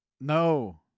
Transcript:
No